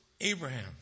Abraham